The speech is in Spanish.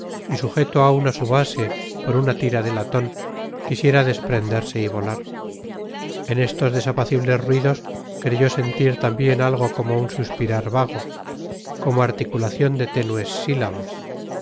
y sujeto aún a su base por una tira de latón quisiera desprenderse y volar entre estos desapacibles ruidos creyó sentir también algo como un suspirar vago como articulación de tenues sílabas